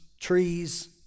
trees